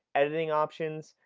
editing options,